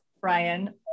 Brian